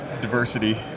diversity